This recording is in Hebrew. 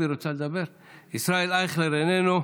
ישראל אייכלר, איננו.